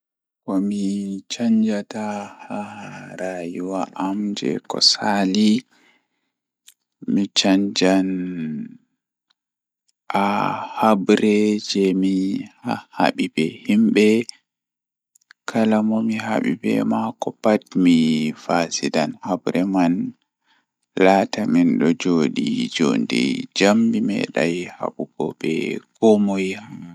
Komi canjata haa rayuwa am beko Sali mi canjam habre jei mi habu be himbe kala Mo MI meedi habugo be maako pat MI canjam laata mi medai habugo be komoijo min joodi jonde jam mi medai habugo be komoi haa rayuwa am.